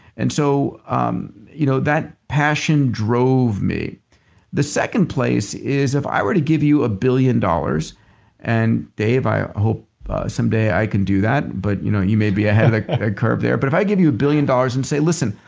and so um you know that passion drove me the second place is if i were to give you a billion dollars and dave, i hope some day i can do that but you know you may be ahead ah of the curve there. but if i give you a billion dollars and say, listen,